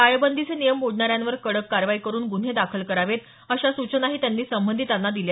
टाळेबंदीचे नियम मोडणाऱ्यांवर कडक कारवाई करुन गुन्हे दाखल करावेत अशा सूचनाही त्यांनी संबंधितांना दिल्या